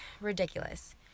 ridiculous